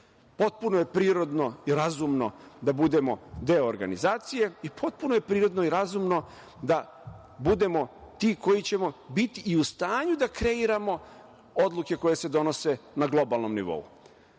lakše. Potpuno je prirodno i razumno da budemo deo organizacije i potpuno je prirodno i razumno da budemo ti koji ćemo biti i u stanju da kreiramo odluke koje se donose na globalnom nivou. Država